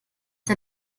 der